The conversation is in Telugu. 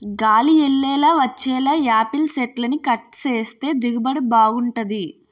గాలి యెల్లేలా వచ్చేలా యాపిల్ సెట్లని కట్ సేత్తే దిగుబడి బాగుంటది